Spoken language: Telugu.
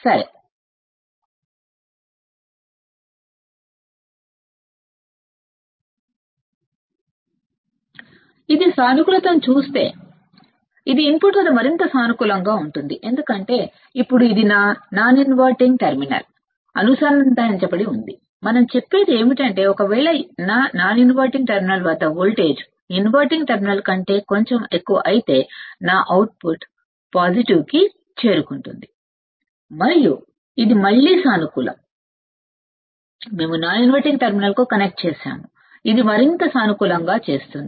సరే ఒకవేళ ఇది సానుకూలతను ఇస్తే ఇది ఇన్పుట్ వద్ద మరింత సానుకూలంగా ఉంటుంది ఎందుకంటే ఇప్పుడు అది నాన్ ఇన్వర్టింగ్ టెర్మినల్ కు అనుసంధానించబడి ఉంది మనం చెప్పేది ఏమిటంటే ఒకవేళ నా నాన్ ఇన్వర్టింగ్ టెర్మినల్ వద్ద వోల్టేజ్ ఇన్వర్టింగ్ టెర్మినల్ కంటే కొంచెం ఎక్కువ ఐతే నా అవుట్పుట్ సానుకూలంగా ఉంటుంది మరియు ఇది మళ్ళీ సానుకూలం మనం నాన్ ఇన్వర్టింగ్ టెర్మినల్కు కనెక్ట్ చేసాము ఇది మరింత సానుకూలంగా చేస్తుంది